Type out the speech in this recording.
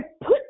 put